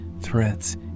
threats